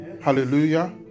Hallelujah